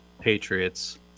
Patriots